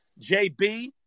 JB